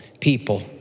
people